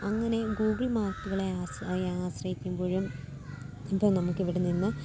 അങ്ങനെ ഗൂഗിൾ മാപ്പുകളെ ആശ്രയിക്കുമ്പൊഴും ഇപ്പോൾ നമക്കിവടെ നിന്ന്